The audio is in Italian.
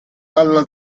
dalla